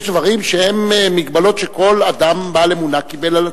יש דברים שהם הגבלות שכל אדם בעל אמונה קיבל על עצמו.